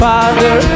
Father